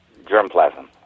germplasm